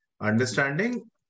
Understanding